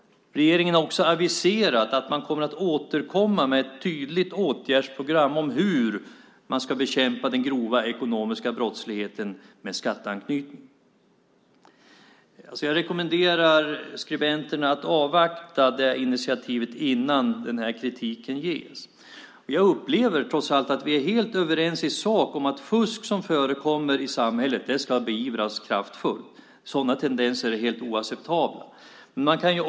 Regeringen har också aviserat att man återkommer med ett tydligt åtgärdsprogram för hur man ska bekämpa den grova ekonomiska brottsligheten med skatteanknytning. Jag rekommenderar skribenten att avvakta detta initiativ innan kritiken ges. Jag upplever trots allt att vi i sak är helt överens om att fusk som förekommer i samhället ska beivras kraftfullt. Sådana tendenser är helt oacceptabla.